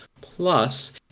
Plus